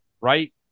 right